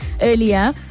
Earlier